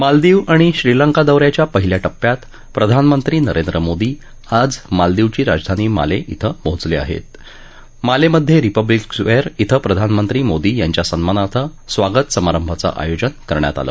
मालदीव आणि श्रीलंका दौऱ्याच्या पहिल्या टप्प्यात प्रधानमंत्री नरेंद्र मोदी आज मालदीवची राजधानी मालझिं पोचलखिाहरी मालखिपिब्लिक स्क्वस्थे इथं प्रधानमंत्री मोदी यांच्या सन्मानार्थ स्वागत समारंभाचं आयोजन करण्यात आलं